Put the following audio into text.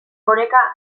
oreka